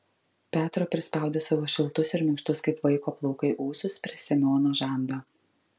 petro prispaudė savo šiltus ir minkštus kaip vaiko plaukai ūsus prie semiono žando